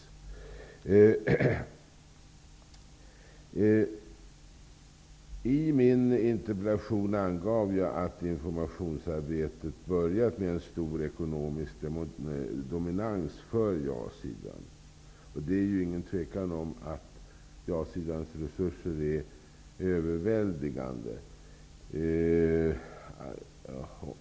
I min interpellation angav jag att informationsarbetet börjat med en stor ekonomisk dominans för ja-sidan. Det är ju inget tvivel om att ja-sidans resurser är överväldigande.